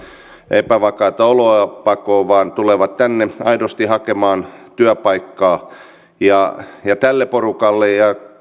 epävakaita oloja pakoon vaan tulevat tänne aidosti hakemaan työpaikkaa tälle porukalle ja